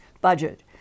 budget